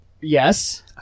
Yes